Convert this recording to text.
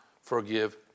forgive